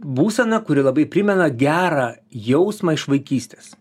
būsena kuri labai primena gerą jausmą iš vaikystės